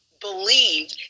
believe